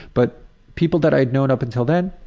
but people that i'd known up until then,